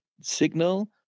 signal